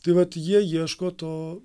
tai vat jie ieško to